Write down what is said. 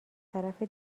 طرف